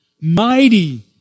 mighty